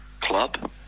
Club